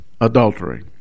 adultery